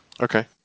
Okay